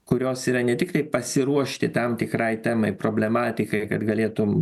kurios yra ne tiktai pasiruošti tam tikrai temai problematikai kad galėtum